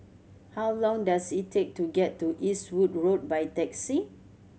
how long does it take to get to Eastwood Road by taxi